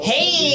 Hey